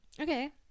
Okay